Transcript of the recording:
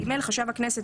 (ג)חשב הכנסת,